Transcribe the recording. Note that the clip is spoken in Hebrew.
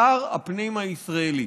שר הפנים הישראלי.